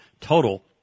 total